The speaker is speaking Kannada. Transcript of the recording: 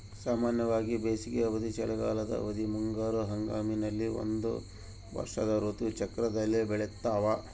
ಸಾಮಾನ್ಯವಾಗಿ ಬೇಸಿಗೆ ಅವಧಿ, ಚಳಿಗಾಲದ ಅವಧಿ, ಮುಂಗಾರು ಹಂಗಾಮಿನಲ್ಲಿ ಒಂದು ವರ್ಷದ ಋತು ಚಕ್ರದಲ್ಲಿ ಬೆಳ್ತಾವ